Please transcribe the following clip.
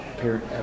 parent